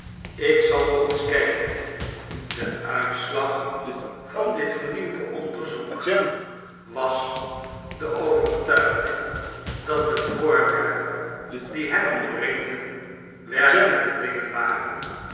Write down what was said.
ik zal nog eens kijken de uitslag van dit vernieuwde onderzoek was de overtuiging dat de voorwerpen die hem omringden werkelijke dingen waren